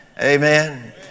amen